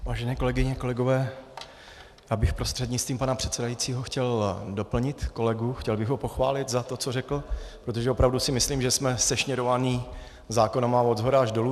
Vážené kolegyně, kolegové, já bych prostřednictvím pana předsedajícího chtěl doplnit kolegu, chtěl bych ho pochválit za to, co řekl, protože si myslím, že jsme sešněrovaní zákony odshora až dolů.